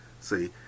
See